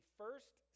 first